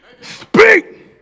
Speak